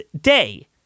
day